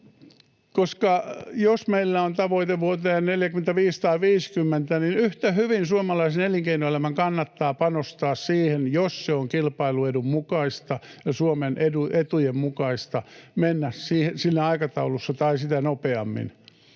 koska jos meillä on tavoite vuoteen 45 tai 50, niin yhtä hyvin suomalaisen elinkeinoelämän kannattaa panostaa siihen, jos se on kilpailuedun mukaista ja Suomen etujen mukaista mennä siinä aikataulussa tai sitä nopeammin.